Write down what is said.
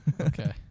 Okay